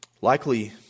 Likely